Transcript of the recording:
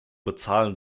bezahlen